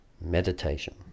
Meditation